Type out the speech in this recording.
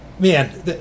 Man